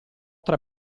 tre